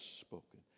spoken